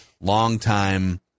Long-time